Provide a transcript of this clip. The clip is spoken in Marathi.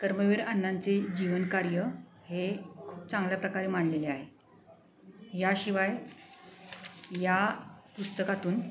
कर्मवीर अण्णांचे जीवनकार्य हे खूप चांगल्या प्रकारे मांडलेले आहे याशिवाय या पुस्तकातून